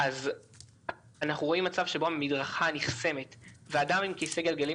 ואז אנחנו רואים מצב שבו המדרכה נחסמת ואדם עם כיסא גלגלים,